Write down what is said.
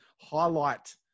highlight